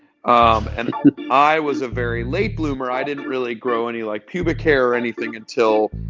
um and i was a very late bloomer. i didn't really grow any, like, pubic hair or anything until,